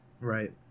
right